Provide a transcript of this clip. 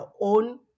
own